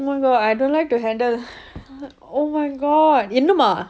oh my god I don't like to handle oh my god இன்னுமா:innuma